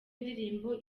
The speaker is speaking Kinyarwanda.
ndirimbo